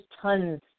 tons